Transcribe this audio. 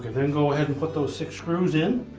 then go ahead and put those six screws in.